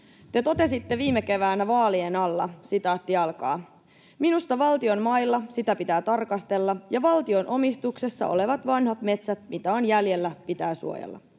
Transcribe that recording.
te totesitte viime keväänä vaalien alla: ”Minusta valtion mailla sitä pitää tarkastella, ja valtion omistuksessa olevat vanhat metsät, mitä on jäljellä, pitää suojella.”